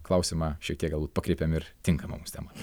klausimą šiek tiek gal pakreipiam ir tinkamoms temom